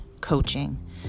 coaching